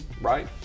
right